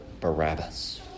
Barabbas